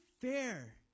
Fair